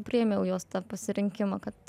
priėmiau jos pasirinkimą kad